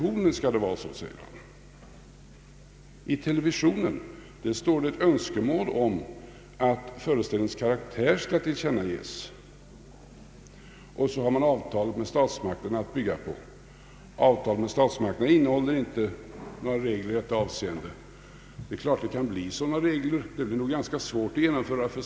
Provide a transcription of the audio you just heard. Jo, i TV skall det vara så, säger man, Det finns ett önskemål om att föreställningens karaktär skall tillkännages när det gäller TV. Dessutom har man avtalet med statsmakterna att bygga på. Avtalet med statsmakterna innehåller inte några regler i detta avseende. Givetvis kan sådana regler införas, men det blir nog ganska svårt att genomföra dem.